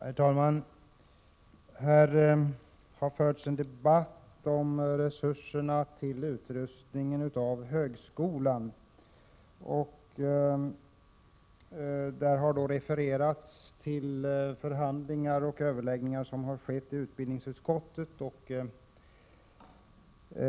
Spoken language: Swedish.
Herr talman! Här har förts en debatt om resurserna till utrustningen av högskolan. Det har refererats till överläggningar som har skett i utbildningsutskottet.